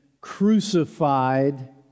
crucified